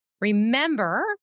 Remember